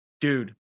Dude